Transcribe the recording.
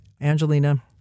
Angelina